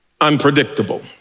unpredictable